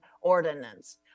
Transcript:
Ordinance